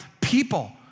people